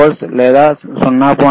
2 వోల్ట్లు